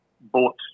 bought